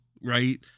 right